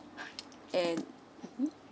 and mmhmm